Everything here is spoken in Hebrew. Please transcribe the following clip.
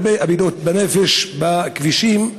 הרבה אבדות בנפש בכבישים,